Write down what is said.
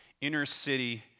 inner-city